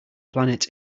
planets